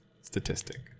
statistic